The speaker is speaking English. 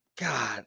God